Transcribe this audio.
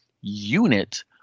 unit